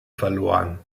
verloren